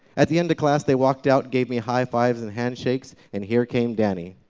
at the end of class, they walked out, gave me high fives and handshakes, and here came danny.